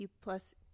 plus